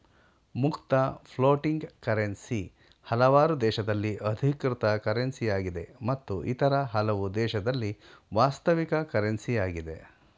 ಮುಕ್ತ floating currency ಹಲವಾರು ದೇಶದಲ್ಲಿ ಅಧಿಕೃತ ಕರೆನ್ಸಿಯಾಗಿದೆ ಮತ್ತು ಇತರ ಹಲವು ದೇಶದಲ್ಲಿ ವಾಸ್ತವಿಕ ಕರೆನ್ಸಿ ಯಾಗಿದೆ